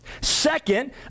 Second